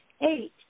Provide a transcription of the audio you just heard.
Eight